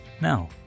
Now